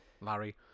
Larry